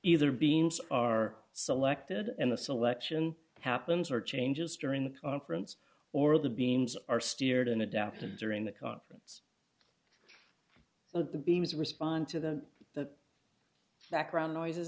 either beams are selected and the selection happens or changes during the conference or the beams are steered in adaptive during the conference so the beams respond to the the background noises